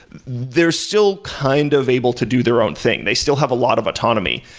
there's still kind of able to do their own thing. they still have a lot of autonomy.